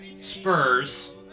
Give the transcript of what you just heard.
Spurs